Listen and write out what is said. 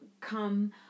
come